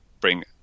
bring